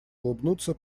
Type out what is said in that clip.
улыбнуться